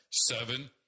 seven